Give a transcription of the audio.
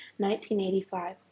1985